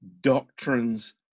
Doctrines